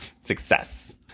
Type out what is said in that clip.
Success